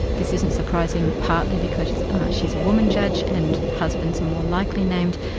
this isn't surprising, partly because she is a woman judge and husbands are more likely named,